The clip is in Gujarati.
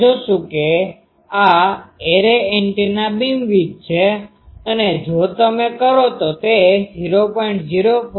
આપણે જોશું કે આ એરે એન્ટેના બીમવિડ્થ છે અને જો તમે કરો તો તે 0